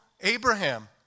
Abraham